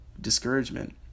discouragement